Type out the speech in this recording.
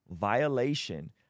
violation